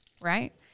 right